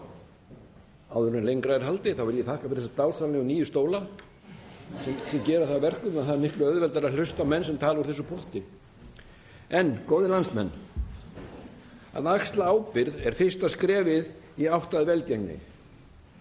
Áður en lengra er haldið vil ég þakka fyrir þessa dásamlegu nýju stóla sem gera það að verkum að það er miklu auðveldara að hlusta á menn sem tala úr þessu púlti. Góðir landsmenn. Að axla ábyrgð er fyrsta skrefið í átt að velgengni.